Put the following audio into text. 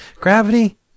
Gravity